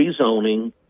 rezoning